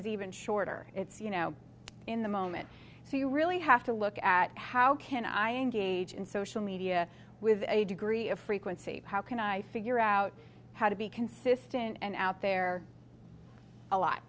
is even shorter it's you know in the moment so you really have to look at how can i engage in social media with a degree of frequency how can i figure out how to be consistent and out there a lot